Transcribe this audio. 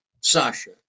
Sasha